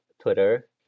Twitter